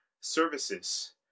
services